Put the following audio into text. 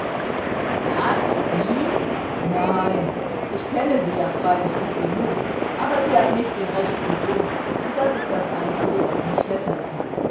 was die nein ich kenne sie ja freilich gut genug aber sie hat nicht den rechten sinn und das ist das einzige was mich fesseln kann